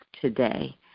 today